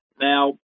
Now